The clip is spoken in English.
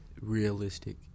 realistic